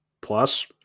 plus